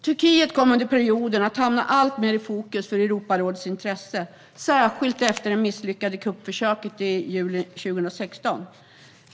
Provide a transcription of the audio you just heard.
Turkiet kom under perioden att hamna alltmer i fokus för Europarådets intresse, särskilt efter det misslyckade kuppförsöket i juli 2016.